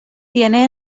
tiene